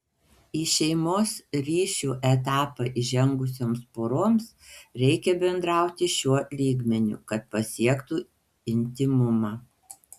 į šeimos ryšių etapą įžengusioms poroms reikia bendrauti šiuo lygmeniu kad pasiektų intymumą